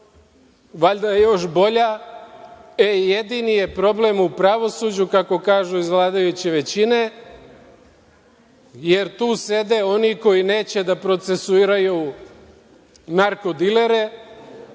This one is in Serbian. valjda još bolja, e, jedini je problem u pravosuđu, kako kažu iz vladajuće većine, jer tu sede oni koji neće da procesuiraju narko dilere,